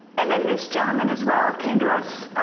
and then this gentleman as well came to us.